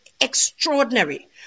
extraordinary